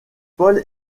paul